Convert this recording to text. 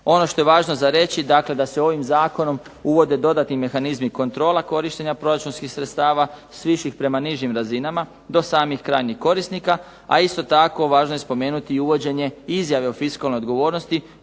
Ono što je važno za reći, dakle da se ovim zakonom uvode dodatni mehanizmi kontrola korištenja proračunskih sredstava s višim prema nižim razinama do samih krajnjih korisnika. A isto tako važno je spomenuti i uvođenje izjave o fiskalnoj odgovornosti